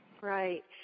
Right